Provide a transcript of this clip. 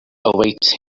awaits